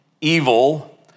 evil